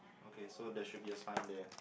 okay there should be a sign there